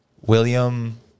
William